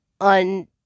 on